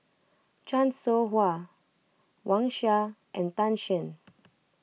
Chan Soh Ha Wang Sha and Tan Shen